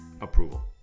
approval